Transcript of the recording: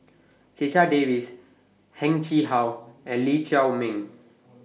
Checha Davies Heng Chee How and Lee Chiaw Meng